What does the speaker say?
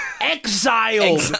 exiled